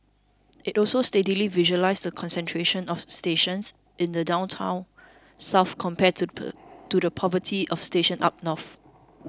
it also steadily visualises the concentration of stations in the downtown south compared to to the poverty of stations up north